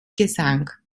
gesang